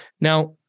Now